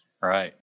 Right